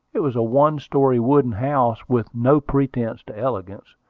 it was a one-story, wooden house, with no pretensions to elegance.